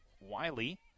Wiley